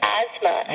asthma